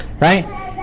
right